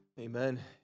Amen